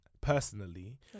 personally